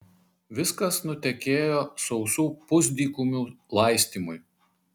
viskas nutekėjo sausų pusdykumių laistymui